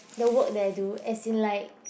the work that I do as in like